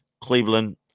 Cleveland